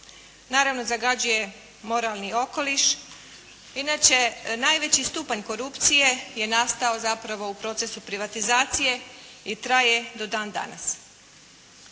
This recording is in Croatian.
Naravno zagađuje moralni okoliš. Inače najveći stupanj korupcije je nastao zapravo u procesu privatizacije i traje do dan danas.